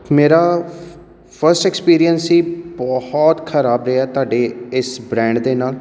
ਮੇਰਾ ਫ first experience ਸੀ ਬਹੁਤ ਖ਼ਰਾਬ ਰਿਹਾ ਤੁਹਾਡੇ ਇਸ ਬ੍ਰੈਂਡ ਦੇ ਨਾਲ